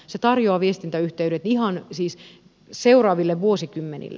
se tarjoaa viestintäyhteydet seuraaville vuosikymmenille